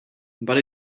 but